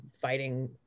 fighting